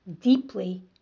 deeply